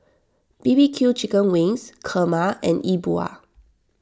B B Q Chicken Wings Kurma and Yi Bua